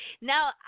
Now